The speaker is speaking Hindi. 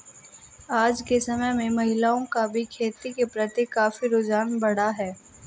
आज के समय में महिलाओं का भी खेती के प्रति काफी रुझान बढ़ा है